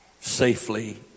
safely